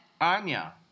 Anya